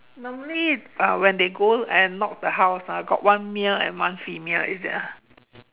normally uh when they go and knock the house ah got one male and one female is it ah